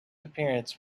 appearance